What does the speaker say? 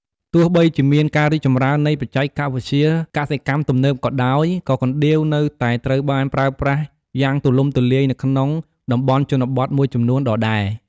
ទោះបីជាមានការរីកចម្រើននៃបច្ចេកវិទ្យាកសិកម្មទំនើបក៏ដោយ ក៏កណ្ដៀវនៅតែត្រូវបានប្រើប្រាស់យ៉ាងទូលំទូលាយនៅក្នុងតំបន់ជនបទមួយចំនួនដដែល។